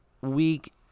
week